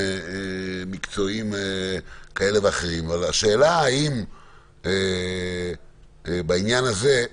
מקצועיים כאלה ואחרים אבל השאלה האם בעניין הזה,